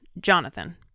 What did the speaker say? Jonathan